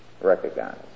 recognize